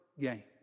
game